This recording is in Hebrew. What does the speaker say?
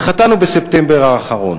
התחתַנו בספטמבר האחרון.